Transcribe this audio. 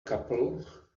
couple